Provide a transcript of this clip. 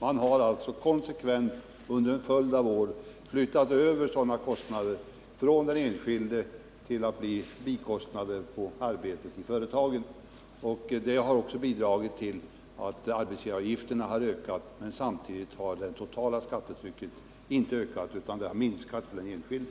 Man har alltså konsekvent under en följd av år flyttat över sådana kostnader från den enskilde till företagen, där de har blivit bikostnader för arbetet. Detta har också bidragit till att arbetsgivaravgifterna har ökat, men samtidigt har det totala skattetrycket inte ökat, utan det har minskat för den enskilde.